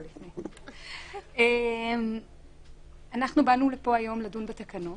אנחנו באנו לפה היום לדון בתקנות.